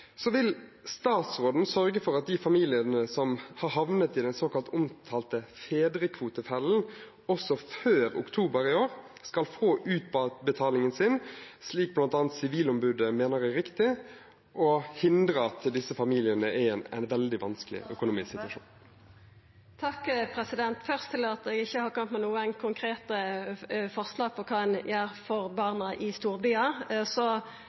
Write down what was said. Vil statsråden sørge for at de familiene som har havnet i den omtalte såkalte fedrekvotefellen, også før oktober i år, skal få utbetalingen sin, slik bl.a. Sivilombudet mener er riktig, og hindre at disse familiene kommer i en veldig vanskelig økonomisk situasjon? Først til at eg ikkje har kome med nokon konkrete forslag til kva ein gjer for